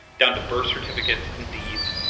down to birth certificates and deeds,